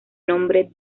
nombre